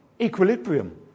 equilibrium